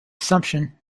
assumption